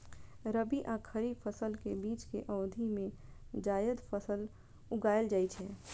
रबी आ खरीफ फसल के बीच के अवधि मे जायद फसल उगाएल जाइ छै